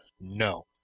no